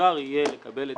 אפשר יהיה לקבל את